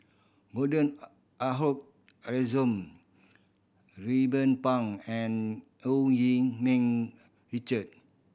Gordon Ransome Ruben Pang and Yee Ming Richard